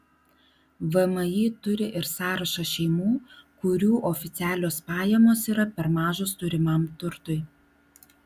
vmi turi ir sąrašą šeimų kurių oficialios pajamos yra per mažos turimam turtui